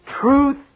truth